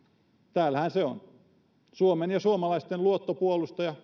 täällähän se on suomen ja suomalaisten luottopuolustaja